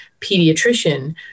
pediatrician